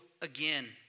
again